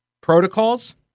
protocols